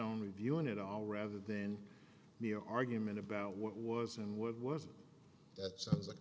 on reviewing it all rather than the argument about what was and what was that sounds like